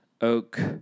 Oak